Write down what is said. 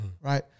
right